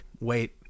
Wait